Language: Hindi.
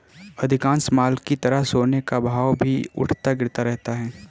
अधिकांश माल की तरह सोने का भाव भी उठता गिरता रहता है